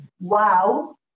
wow